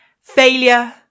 Failure